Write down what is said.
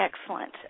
Excellent